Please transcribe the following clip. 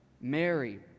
Mary